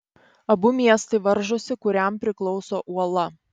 abu miestai varžosi kuriam priklauso uola